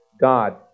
God